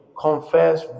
Confess